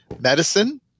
medicine